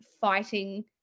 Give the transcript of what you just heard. fighting